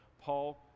Paul